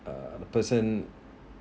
uh the person